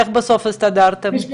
איך בסוף הסתדרתם?